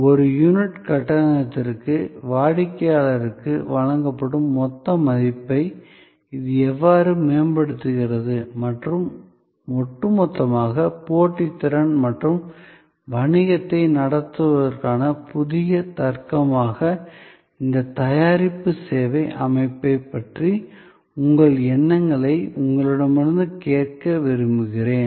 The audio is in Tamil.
ஒரு யூனிட் கட்டணத்திற்கு வாடிக்கையாளருக்கு வழங்கப்படும் மொத்த மதிப்பை இது எவ்வாறு மேம்படுத்துகிறது மற்றும் ஒட்டுமொத்தமாக போட்டித்திறன் மற்றும் வணிகத்தை நடத்துவதற்கான புதிய தர்க்கமாக இந்த தயாரிப்பு சேவை அமைப்பைப் பற்றி உங்கள் எண்ணங்களை உங்களிடமிருந்து கேட்க விரும்புகிறேன்